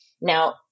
Now